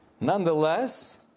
Nonetheless